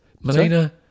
Melina